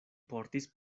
portis